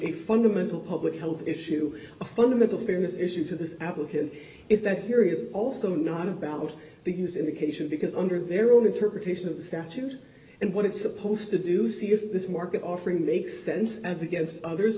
a fundamental public health issue a fundamental fairness issue to the applicant if they're curious also know about the use indication be it's under their own interpretation of the statute and what it's supposed to do see if this market offering makes sense as against others